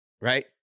Right